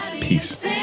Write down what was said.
Peace